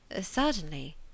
Certainly